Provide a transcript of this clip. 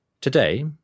Today